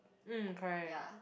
mm correct